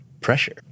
pressure